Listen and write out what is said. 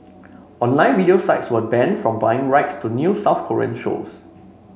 online video sites were banned from buying rights to new South Korean shows